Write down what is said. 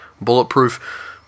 bulletproof